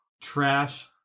trash